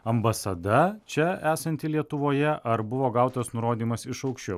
ambasada čia esanti lietuvoje ar buvo gautas nurodymas iš aukščiau